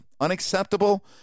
Unacceptable